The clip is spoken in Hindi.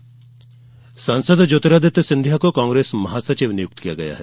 प्रियंका गांधी सांसद ज्योतिरादित्य सिंधिया को कांग्रेस महासचिव नियुक्त किया गया है